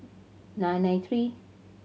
nine nine three